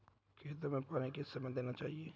खेतों में पानी किस समय देना चाहिए?